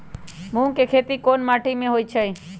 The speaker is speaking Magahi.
मूँग के खेती कौन मीटी मे होईछ?